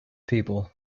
people